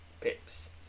pips